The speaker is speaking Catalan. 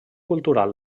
cultural